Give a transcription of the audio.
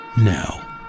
Now